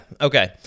Okay